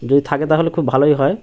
যদি থাকে তা হলে খুব ভালোই হয়